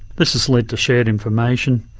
this has led to shared information,